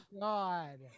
God